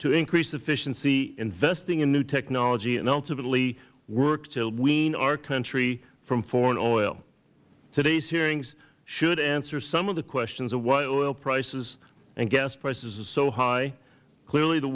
to increase efficiency investing in new technology and ultimately work to wean our country from foreign oil today's hearing should answer some of the questions of why oil prices and gas prices are so high clearly the